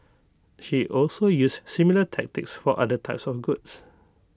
she also used similar tactics for other types of goods